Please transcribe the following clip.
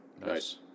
Nice